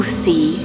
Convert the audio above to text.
see